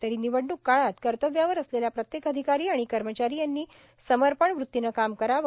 तरी निवडणूक काळात कार्त्यव्यावर असलेल्या प्रत्येक अधिकारी आणि कर्मचारी यांनी समर्पण वृत्तीनं काम करावं